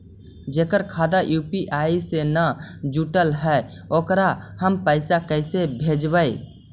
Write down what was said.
जेकर खाता यु.पी.आई से न जुटल हइ ओकरा हम पैसा कैसे भेजबइ?